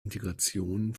integration